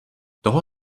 toho